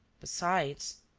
besides.